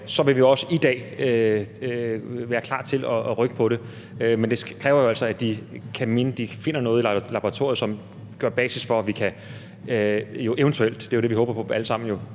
vil vi også i dag være klar til at rykke på det. Men det kræver jo altså, at de finder noget i et laboratorie, som kan være basis for, at vi eventuelt – det er jo det, vi alle sammen